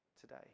today